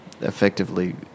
effectively